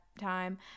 time